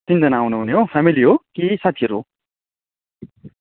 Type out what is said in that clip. तिनजना आउनु हुने हो फ्यामिली हो कि साथीहरू हो